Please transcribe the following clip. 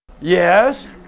Yes